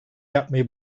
yapmayı